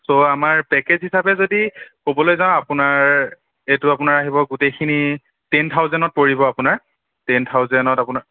ছ' আমাৰ পেকেজ হিচাপে যদি ক'বলৈ যাওঁ আপোনাৰ এইটো আপোনাৰ আহিব গোটেইখিনি টেন থাউজেনত পৰিব আপোনাৰ টেন থাউজেনত আপোনাৰ